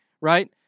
Right